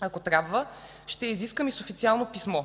Ако трябва ще изискам и с официално писмо,